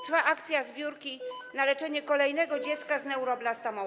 Trwa akcja zbiórki na leczenie kolejnego dziecka z neuroblastomą.